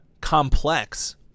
complex